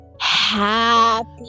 Happy